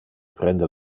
prende